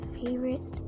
favorite